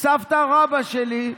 סבתא-רבתא שלי,